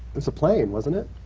it was a plane, wasn't it?